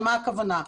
למה הכוונה?